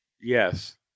Yes